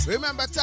Remember